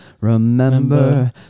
remember